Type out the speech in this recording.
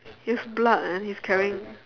he has blood and he's carrying